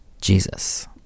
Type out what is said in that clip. Jesus